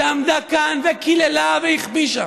שעמדה כאן וקיללה והכפישה.